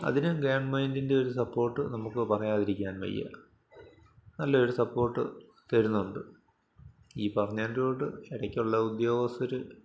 അതിനും ഗവൺമെൻ്റിൻ്റെ ഒരു സപ്പോട്ട് നമുക്ക് പറയാതിരിക്കാൻ വയ്യ നല്ലൊരു സപ്പോട്ട് തരുന്നുണ്ട് ഈ പറഞ്ഞതിൻ്റെ കൂട്ട് എടയ്ക്കുള്ള ഉദ്യോഗസ്ഥർ